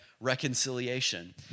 reconciliation